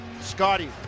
Scotty